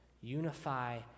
Unify